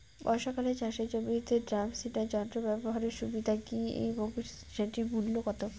বর্ষাকালে চাষের জমিতে ড্রাম সিডার যন্ত্র ব্যবহারের সুবিধা কী এবং সেটির মূল্য কত?